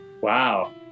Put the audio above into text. Wow